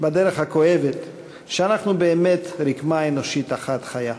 בדרך הכואבת, שאנחנו באמת "רקמה אנושית אחת חיה".